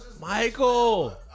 Michael